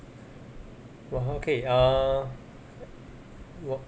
err okay err what